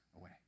away